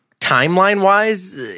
timeline-wise